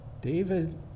David